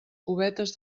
cubetes